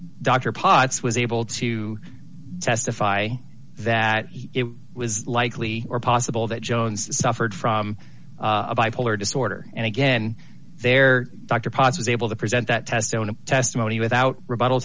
dr potts was able to testify that it was likely or possible that jones suffered from bipolar disorder and again there dr potts was able to present that testimony testimony without r